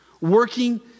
working